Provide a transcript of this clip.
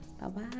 Bye-bye